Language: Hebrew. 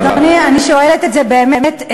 אדוני, אני שואלת את זה באמת.